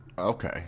Okay